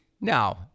Now